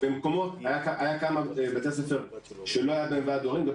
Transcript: היו כמה בתי ספר שלא היה בהם ועד הורים,